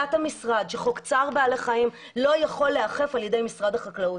עמדת המשרד היא שחוק צער בעלי חיים לא יכול להיאכף על-ידי משרד החקלאות.